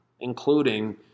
including